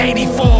84